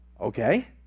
Okay